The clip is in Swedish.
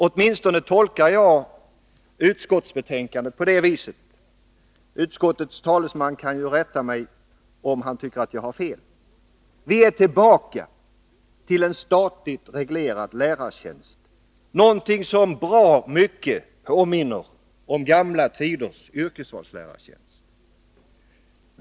Åtminstone tolkar jag utskottsbetänkandet på det viset. Utskottets talesman kan ju rätta mig, om han tycker att jag har fel. Vi är tillbaka till en statligt reglerad lärartjänst, någonting som bra mycket påminner om gamla tiders yrkesvalslärartjänst.